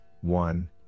one